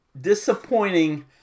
disappointing